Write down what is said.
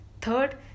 third